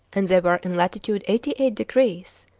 and they were in latitude eighty eight degrees,